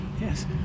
Yes